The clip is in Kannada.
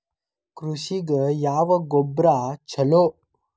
ಕೃಷಿಗ ಯಾವ ಗೊಬ್ರಾ ಛಲೋ?